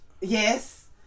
Yes